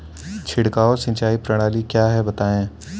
छिड़काव सिंचाई प्रणाली क्या है बताएँ?